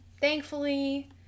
Thankfully